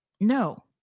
No